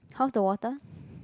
how's the water